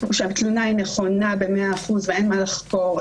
שהתלונה נכונה במאה אחוזים ואין מה לחקור,